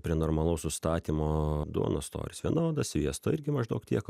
prie normalaus užstatymo duonos storis vienodas sviesto irgi maždaug tiek